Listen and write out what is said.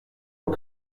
ont